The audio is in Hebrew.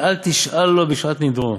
ואל תשאל לו בשעת נדרו,